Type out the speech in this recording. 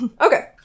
Okay